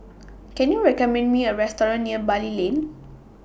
Can YOU recommend Me A Restaurant near Bali Lane